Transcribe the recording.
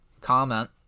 comment